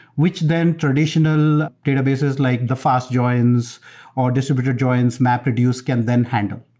which then traditional databases like the fast joins or distributed joins, mapreduce can then handle.